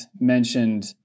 mentioned